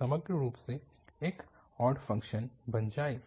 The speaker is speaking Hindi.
समग्र रूप से एक ऑड फ़ंक्शन बन जाए